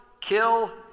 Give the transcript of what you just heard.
kill